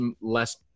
less